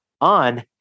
on